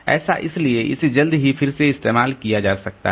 ऐसा इसलिए इसे जल्द ही फिर से इस्तेमाल किया जा सकता है